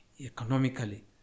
economically